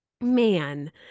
man